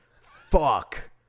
Fuck